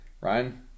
Ryan